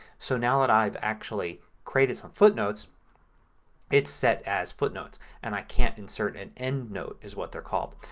so now that i've actually created some footnotes it's set as footnotes and i can't insert an endnote is what they're called.